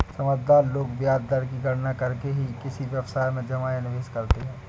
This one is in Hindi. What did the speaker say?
समझदार लोग ब्याज दर की गणना करके ही किसी व्यवसाय में जमा या निवेश करते हैं